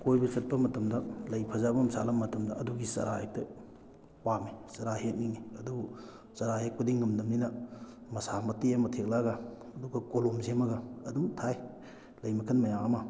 ꯀꯣꯏꯕ ꯆꯠꯄ ꯃꯇꯝꯗ ꯂꯩ ꯐꯖꯕ ꯑꯃ ꯁꯥꯠꯂꯝꯕ ꯃꯇꯝꯗ ꯑꯗꯨꯒꯤ ꯆꯔꯥ ꯍꯦꯛꯇ ꯄꯥꯝꯃꯤ ꯆꯔꯥ ꯍꯦꯛꯅꯤꯡꯉꯤ ꯑꯗꯨꯕꯨ ꯆꯔꯥ ꯍꯦꯛꯄꯗꯤ ꯉꯝꯗꯕꯅꯤꯅ ꯃꯁꯥ ꯃꯇꯦꯛ ꯑꯃ ꯊꯦꯛꯂꯛꯑꯒ ꯑꯗꯨꯒ ꯀꯣꯂꯣꯝ ꯁꯦꯝꯃꯒ ꯑꯗꯨꯝ ꯊꯥꯏ ꯂꯩ ꯃꯈꯜ ꯃꯌꯥꯝ ꯑꯃ